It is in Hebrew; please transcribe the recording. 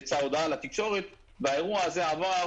יצאה הודעה לתקשורת והאירוע הזה עבר